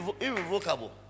irrevocable